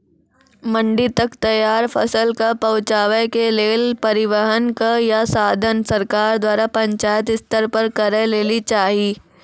मंडी तक तैयार फसलक पहुँचावे के लेल परिवहनक या साधन सरकार द्वारा पंचायत स्तर पर करै लेली चाही?